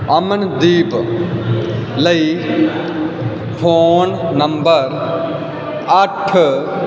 ਅਮਨਦੀਪ ਲਈ phone number ਅੱਠ